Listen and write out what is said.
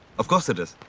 of course it is.